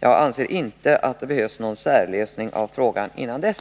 Jag anser inte att det behövs någon särlösning av frågan innan dess.